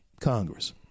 Congress